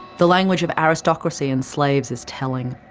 the language of aristocracy and slaves is telling,